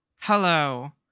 Hello